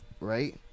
Right